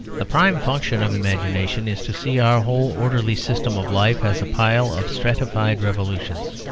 the prime function of imagination is to see our whole orderly system of life as a pile of stratified revolutions.